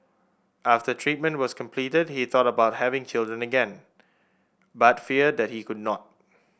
after treatment was completed he thought about having children again but feared that he could not